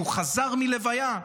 שהוא חזר מלוויה.